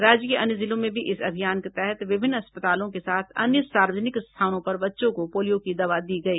राज्य के अन्य जिलों में भी इस अभियान के तहत विभिन्न अस्पतालों के साथ अन्य सार्वजनिक स्थानों पर बच्चों को पोलियो की दवा दी गयी